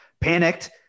panicked